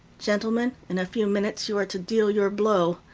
gentlemen, in a few minutes you are to deal your blow,